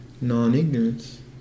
non-ignorance